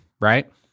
right